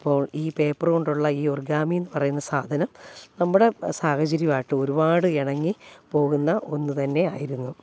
അപ്പോൾ ഈ പേപ്പറുകൊണ്ടുള്ള ഈ ഒർഗാമിന്ന് പറയുന്ന സാധനം നമ്മുടെ സാഹചര്യവും ആയിട്ട് ഒരുപാട് ഇണങ്ങി പോകുന്ന ഒന്ന് തന്നെയായിരുന്നു